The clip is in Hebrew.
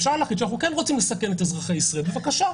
אפשר להחליט שאנחנו כן רוצים לסכן את אזרחי ישראל בבקשה.